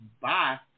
Bye